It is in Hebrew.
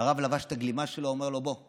הרב לבש את הגלימה שלו, אומר לו: בוא.